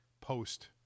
post